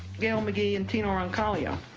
gale mcgee, and teno roncalio.